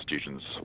students